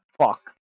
fuck